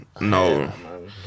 no